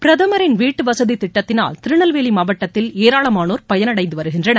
பிரதமின் வீட்டுவசதி திட்டத்தினால் திருநெல்வேலி மாவட்டத்தில் ஏராளமானோர் பயனடைந்து வருகின்றனர்